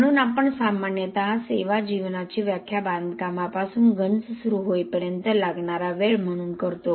म्हणून आपण सामान्यतः सेवा जीवनाची व्याख्या बांधकामापासून गंज सुरू होईपर्यंत लागणारा वेळ म्हणून करतो